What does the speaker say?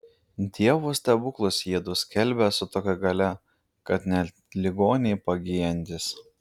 dievo stebuklus jiedu skelbią su tokia galia kad net ligoniai pagyjantys